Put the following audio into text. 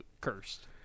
cursed